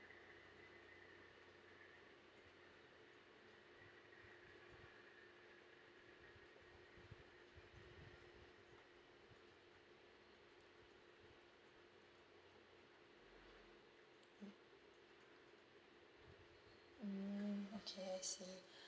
mm okay I see